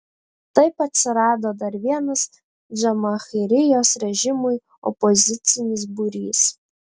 taip atsirado dar vienas džamahirijos režimui opozicinis būrys